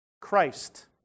Christ